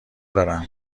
دارم